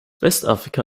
westafrika